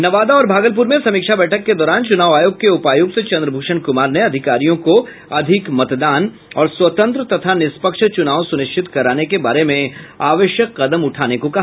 नवादा और भागलपुर में समीक्षा बैठक के दौरान चूनाव आयोग के उपायुक्त चंद्रभूषण कुमार ने अधिकारियों को अधिक मतदान और स्वतंत्र तथा निष्पक्ष चुनाव सुनिश्चित कराने के बारे में आवश्यक कदम उठाने को कहा